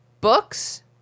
books